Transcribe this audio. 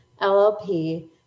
LLP